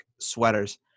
sweaters